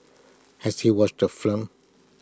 has he watched the film